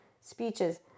speeches